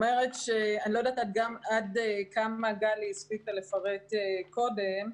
יודעת עד כמה גלי גרוס הספיקה לפרט קודם.